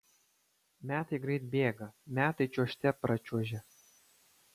metai greit bėga metai čiuožte pračiuožia